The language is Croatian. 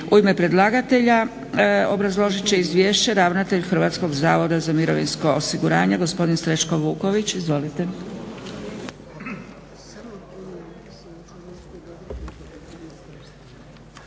U ime predlagatelja obrazložit će Izvješće ravnatelj Hrvatskog zavoda za mirovinsko osiguranje gospodin Srećko Vuković. Izvolite.